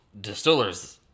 distillers